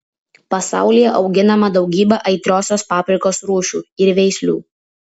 pasaulyje auginama daugybė aitriosios paprikos rūšių ir veislių